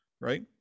right